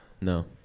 No